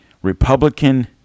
Republican